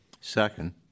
Second